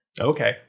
Okay